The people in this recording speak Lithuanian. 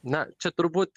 na čia turbūt